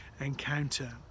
encounter